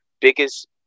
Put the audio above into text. biggest